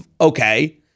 Okay